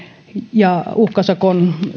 ja ohjata uhkasakolla